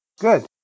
Good